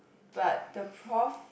but the prof